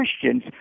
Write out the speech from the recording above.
Christians